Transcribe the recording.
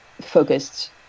focused